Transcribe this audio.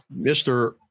Mr